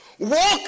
Walk